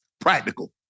Practical